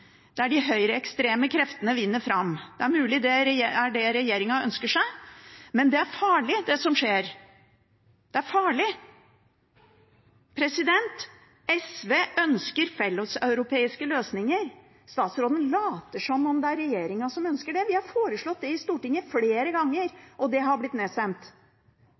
der de høyreekstreme kreftene vinner fram. Det er mulig det er det regjeringen ønsker seg, men det som skjer, er farlig – det er farlig. SV ønsker felleseuropeiske løsninger. Statsråden later som om det er regjeringen som ønsker det. Vi har foreslått det i Stortinget flere ganger, og det har blitt nedstemt